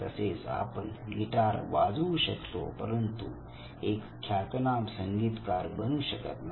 तसेच आपण गिटार वाजवू शकतो परंतु एक ख्यातनाम संगीतकार बनू शकत नाही